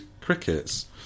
crickets